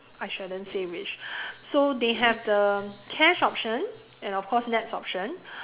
I shouldn't say which so they have the cash option and of course nets option